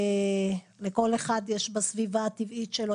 לכל אחד יש בסביבה הטבעית שלו,